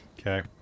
Okay